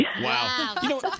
Wow